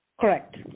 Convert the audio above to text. Correct